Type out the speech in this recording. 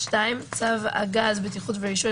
(2) צו הגז (בטיחות ורישוי)